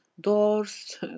doors